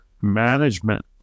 Management